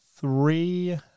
three